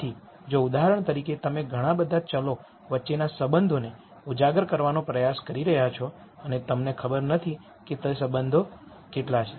તેથી જો ઉદાહરણ તરીકે તમે ઘણા બધા ચલો વચ્ચેના સંબંધોને ખુલ્લા કરવાનો પ્રયાસ કરી રહ્યાં છો અને તમને ખબર નથી કે તે કેટલા સંબંધો છે